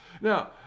Now